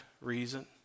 reason